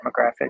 demographic